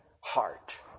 heart